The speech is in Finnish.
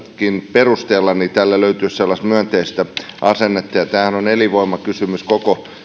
perusteella tälle löytyisi sellaista myönteistä asennetta tämähän on elinvoimakysymys koko